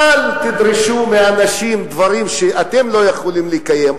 אל תדרשו מאנשים דברים שאתם לא יכולים לקיים.